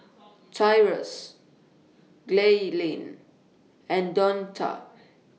Tyrus Gaylene and Donta